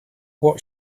what